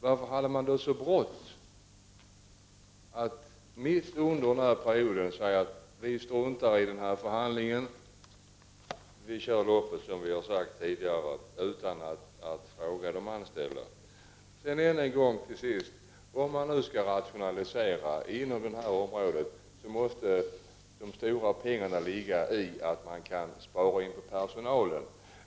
Varför hade man då så bråttom att mitt under denna period säga att man struntar i förhandlingen och att loppet körs såsom det har sagts tidigare utan att fråga de anställda? Om det skall ske rationaliseringar inom detta område, måste de stora pengarna ligga i att man kan spara in på personalen.